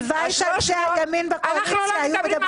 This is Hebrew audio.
הלוואי שראשי הימין בקואליציה היו מדברים ככה.